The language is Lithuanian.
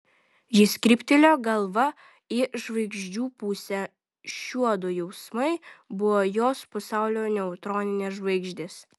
jis kryptelėjo galvą į žvaigždžių pusę šiuodu jausmai buvo jos pasaulio neutroninės žvaigždės